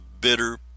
bitter